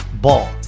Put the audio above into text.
Ball